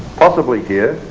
possibly here,